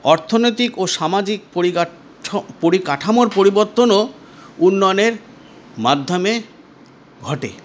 অর্থনৈতিক ও সামাজিক পরিকাঠ পরিকাঠামোর পরিবর্তনও উন্নয়নের মাধ্যমে ঘটে